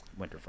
Winterfell